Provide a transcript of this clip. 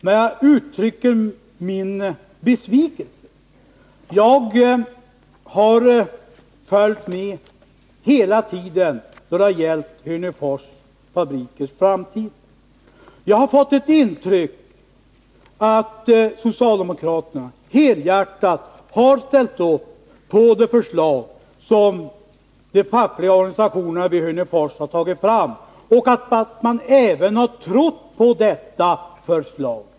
Men jag har velat uttrycka min besvikelse. Jag har hela tiden följt frågan om Hörneforsfabrikens framtid, och jag har fått intrycket att socialdemokraterna helhjärtat har ställt upp på det förslag som de fackliga organisationerna vid Hörnefors har tagit fram och att socialdemokraterna även har trott på detta förslag.